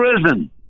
prison